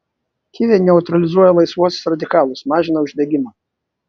kiviai neutralizuoja laisvuosius radikalus mažina uždegimą